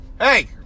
Hey